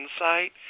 insight